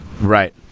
right